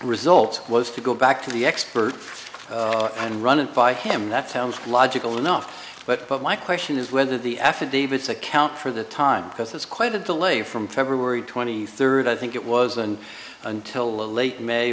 results was to go back to the expert and run it by him that sounds logical enough but my question is whether the affidavits account for the time because that's quite a delay from february twenty third i think it was and until late may